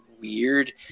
weird